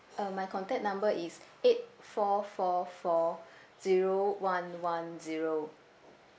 uh my contact number is eight four four four zero one one zero